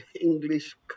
English